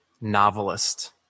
novelist